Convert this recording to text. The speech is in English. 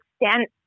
extent